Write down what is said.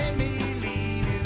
me leave